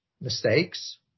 mistakes